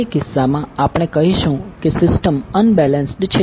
તે કિસ્સામાં આપણે કહીશું કે સિસ્ટમ અનબેલેન્સ્ડ છે